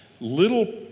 little